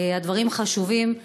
הדברים חשובים,